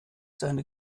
seine